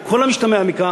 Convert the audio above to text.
עם כל המשתמע מכך,